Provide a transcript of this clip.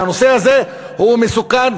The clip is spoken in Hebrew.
והנושא הזה הוא מסוכן,